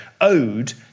owed